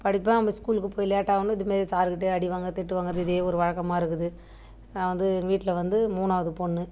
படிப்பேன் அப்ப ஸ்கூலுக்கு போய் லேட்டாக வந்து இதுமாரி சாரு கிட்டயே அடி வாங்க திட்டுவாங்குறது இதையே ஒரு வழக்கமாக இருக்குது நான் வந்து எங்க வீட்டில் வந்து மூணாவது பொண்ணு